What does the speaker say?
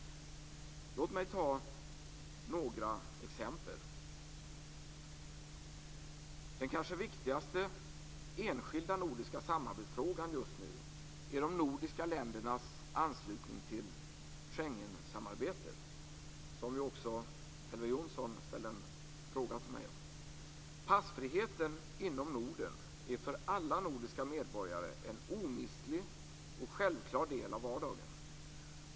Låt mig ta några exempel. Den kanske viktigaste enskilda nordiska samarbetsfrågan just nu är de nordiska ländernas anslutning till Schengensamarbetet. Det har Elver Jonsson ställt en fråga till mig om. Passfriheten inom Norden är för alla nordiska medborgare en omistlig och självklar del av vardagen.